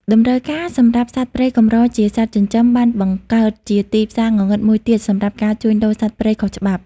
តម្រូវការសម្រាប់សត្វព្រៃកម្រជាសត្វចិញ្ចឹម បានបង្កើតជាទីផ្សារងងឹតមួយទៀតសម្រាប់ ការជួញដូរសត្វព្រៃខុសច្បាប់។